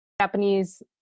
Japanese